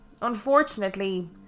Unfortunately